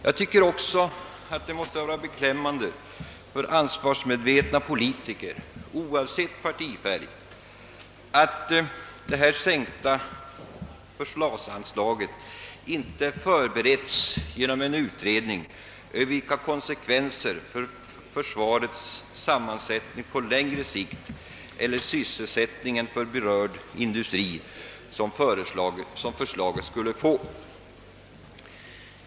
Jag hävdar också att det måste vara beklämmande för ansvarsmedvetna politiker, oavsett partifärg, att denna sänkning av försvarsanslagen inte förberetts genom en utredning om vilka konsekvenser för försvarets sammansättning på längre sikt eller för sysselsättningen inom berörd industri som förslaget skulle få.